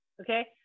okay